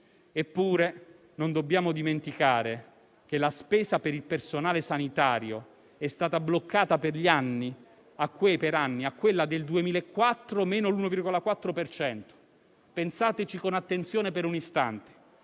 Eppure, non dobbiamo dimenticare che la spesa per il personale sanitario è stata bloccata per anni a quella del 2004 meno l'1,4 per cento. Pensateci con attenzione per un istante: